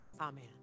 amen